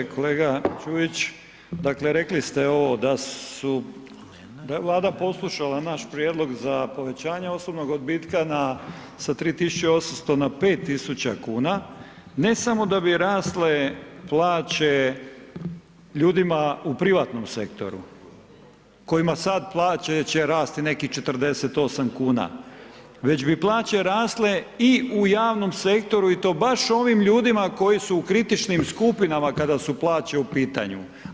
Kolega Đujić, dakle rekli ste ovo da su, da je Vlada poslušala naš prijedlog za povećanje osobnog odbitka sa 3800 na 56 tisuća kuna ne samo da bi rasle plaće ljudima u privatnom sektoru kojima sad plaće će rasti nekih 48 kuna već bi plaće rasle i u javnom sektoru i to baš ovim ljudima koji su u kritičnim skupinama kada su plaće u pitanju.